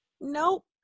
Nope